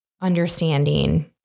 understanding